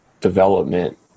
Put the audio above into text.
development